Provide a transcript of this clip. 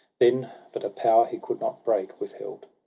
then but a power he could not break withheld.